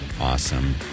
awesome